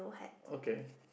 okay